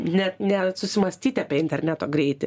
ne net susimąstyti apie interneto greitį